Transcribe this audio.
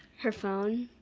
her phone.